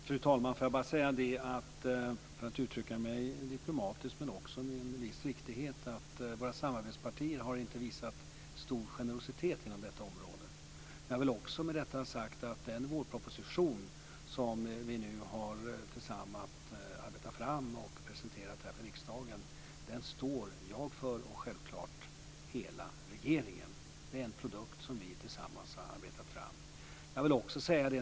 Fru talman! För att uttrycka mig diplomatiskt men också med en viss riktighet vill jag säga att våra samarbetspartier inte har visat stor generositet inom detta område. Jag vill också med detta ha sagt att den vårproposition som vi nu tillsammans har arbetat fram och presenterat här för riksdagen står jag och självklart hela regeringen för. Det är en produkt som vi tillsammans har arbetat fram.